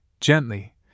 gently